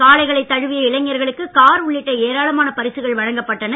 காளைகளை தழுவிய இளைஞர்களுக்கு கார் உள்ளிட்ட ஏராளமான பரிசுகள் வழங்கப்பட்டன